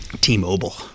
T-Mobile